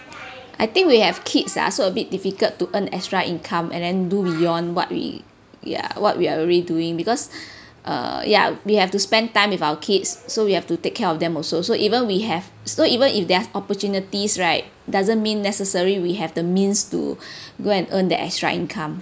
I think we have kids ah so a bit difficult to earn extra income and then do beyond what we ya what we are really doing because uh ya we have to spend time with our kids so we have to take care of them also so even we have so even if there are opportunities right doesn't mean necessary we have the means to go and earn that extra income